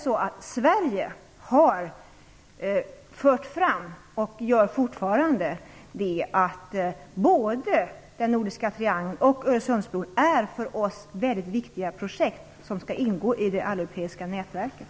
Sverige har fört fram, och gör det fortfarande, att både den nordiska triangeln och Öresundsbron är för oss mycket viktiga projekt som skall ingå i det alleuropeiska nätverket.